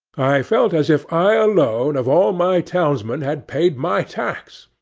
i felt as if i alone of all my townsmen had paid my tax.